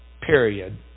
Period